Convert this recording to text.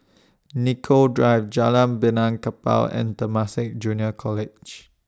Nicoll Drive Jalan Benaan Kapal and Temasek Junior College